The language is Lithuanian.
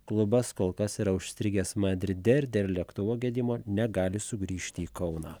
klubas kol kas yra užstrigęs madride ir dėl lėktuvo gedimo negali sugrįžti į kauną